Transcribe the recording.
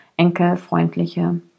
enkelfreundliche